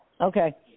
okay